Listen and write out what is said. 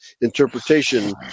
interpretation